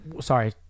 Sorry